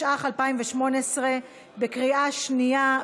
התשע"ח 2018. בקריאה שנייה.